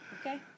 Okay